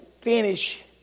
finish